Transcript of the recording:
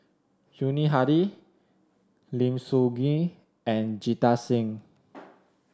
Yuni Hadi Lim Soo Ngee and Jita Singh